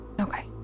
Okay